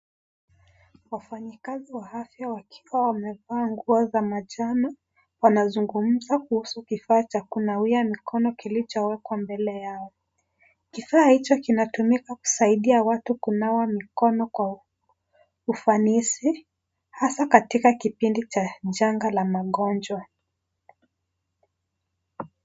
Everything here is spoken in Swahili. Wafanyi kazi wa afya wakiwa wamevaa nguo za majani, wanazungumza kuhusu kifaa cha kunawia mkono kilichowekwa mbele yao. Kifaa hicho kinatumika kisaidia watu kunawa mikono kwa ufanizi, hasa katika kipindi la changa la magongjwa.